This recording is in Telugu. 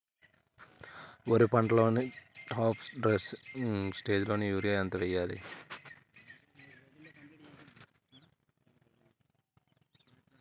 వరి పంటలో టాప్ డ్రెస్సింగ్ స్టేజిలో యూరియా ఎంత వెయ్యాలి?